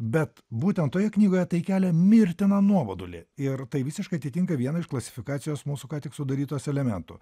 bet būtent toje knygoje tai kelia mirtiną nuobodulį ir tai visiškai atitinka vieną iš klasifikacijos mūsų ką tik sudarytos elementų